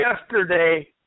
yesterday